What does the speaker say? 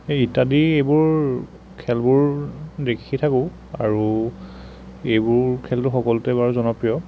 সেই ইত্যাদি এইবোৰ খেলবোৰ দেখি থাকোঁ আৰু এইবোৰ খেলটো সকলোতে বাৰু জনপ্ৰিয়